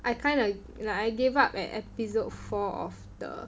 I kind of like I gave up at episode four of the